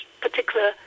particular